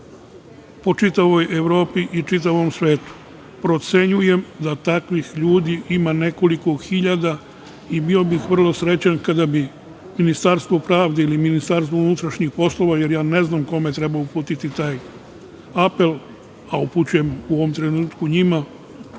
po čitavoj Evropi i čitavom svetu? Procenjujem da takvih ljudi ima nekoliko hiljada i bio bih vrlo srećan kada bi Ministarstvo pravde ili Ministarstvo unutrašnjih poslova, jer ja ne znam kome treba uputiti taj apel, a upućujem u ovom trenutku njima,